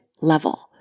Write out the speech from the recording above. level